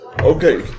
Okay